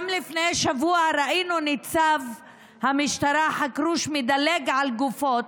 לפני שבוע גם ראינו את ניצב המשטרה חכרוש מדלג על גופות,